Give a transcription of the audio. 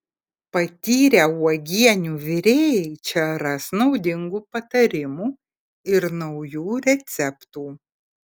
patyrę uogienių virėjai čia ras naudingų patarimų ir naujų receptų